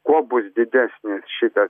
kuo bus didesnis šitas